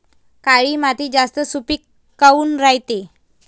काळी माती जास्त सुपीक काऊन रायते?